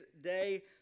day